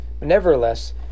Nevertheless